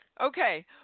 Okay